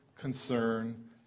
concern